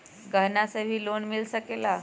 गहना से भी लोने मिल सकेला?